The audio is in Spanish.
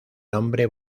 nombre